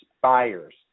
buyers